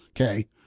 okay